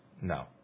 No